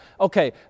okay